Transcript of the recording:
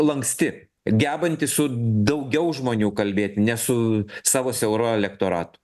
lanksti gebanti su daugiau žmonių kalbėt ne su savo siauru elektoratu